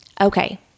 okay